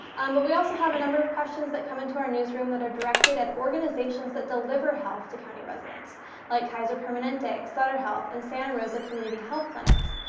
but we also have a number of questions that come into our newsroom that are directed at organizations that deliver health to county residents like kaiser permanente, sutter health, and santa rosa community health clinics,